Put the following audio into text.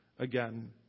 again